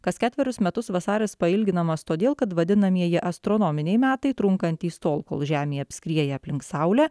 kas ketverius metus vasaris pailginamas todėl kad vadinamieji astronominiai metai trunkantys tol kol žemė apskrieja aplink saulę